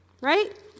right